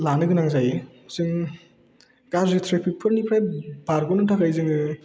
लानो गोनां जायो जों गाज्रि ट्रेफिकफोरनिफ्राय बारग'नो थाखाय जोङो